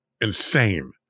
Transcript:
insane